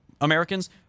Americans